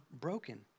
broken